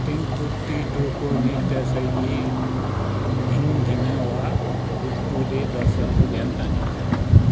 टेनकुटिट्टूको नृत्य शैली धिङ्गिना वा गुट्टुले दर्शकको ध्यान तानेको छ